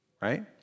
right